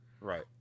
Right